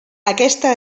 aquesta